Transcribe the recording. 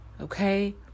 Okay